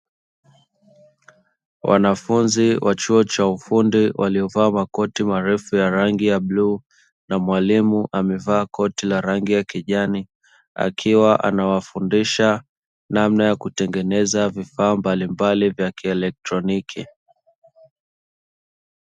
Wanafunzi wa chuo cha ufundi waliovaa makoti marefu ya rangi ya bluu na mwalimu amevaa koti la rangi ya kijani, akiwa anawafundisha namna ya kutengeneza vifaa mbalimbali vya kielektoniki.